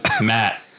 Matt